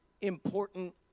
important